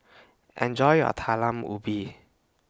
Enjoy your Talam Ubi